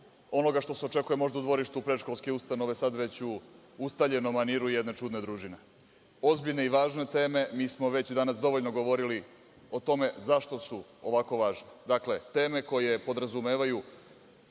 onoga što se očekuje možda u dvorištu predškolske ustanove, sada već u ustaljenom maniru jedne čudne družine. Ozbiljne i važne teme mi smo već danas dovoljno govorili o tome zašto su ovako važno. Dakle, teme koje podrazumevaju